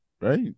right